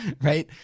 right